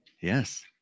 Yes